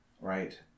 right